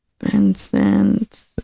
Vincent